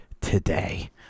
today